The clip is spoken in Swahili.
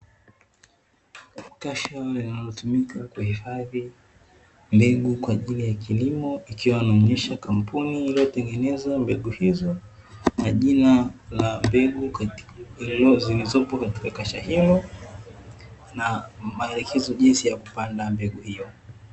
Kasha linalotumika kuifadhi mbegu kwa ajili ya kilimo ikiwa inaonyesha kampuni iliyo tengeneza mbegu hizo, na jina la mbegu zilizopo kwenye kasha hilo, na maelekezo jinsi ya kupanda mbegu hiyo.